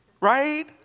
right